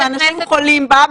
ואנשים חולים בה,